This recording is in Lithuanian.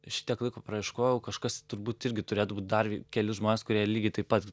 šitiek laiko praieškojau kažkas turbūt irgi turėtų būt dar keli žmonės kurie lygiai taip pat